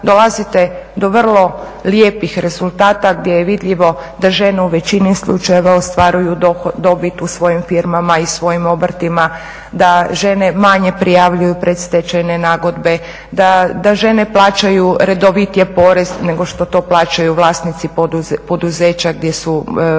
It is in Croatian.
Dolazite do vrlo lijepih rezultata gdje je vidljivo da žene u većini slučajeva ostvaruju dobit u svojim firmama i svojim obrtima, da žene manje prijavljuju predstečajne nagodbe, da žene plaćaju redovitije porez nego što to plaćaju vlasnici poduzeća gdje su